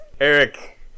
eric